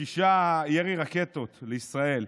שישה אירועי ירי רקטות לישראל,